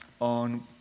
on